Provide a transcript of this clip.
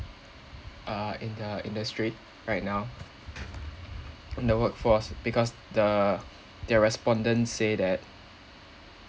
uh in the industry right now in the workforce because the their respondents say that